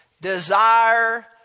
desire